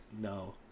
no